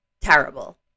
terrible